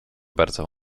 bardzo